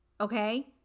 Okay